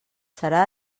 serà